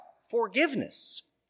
forgiveness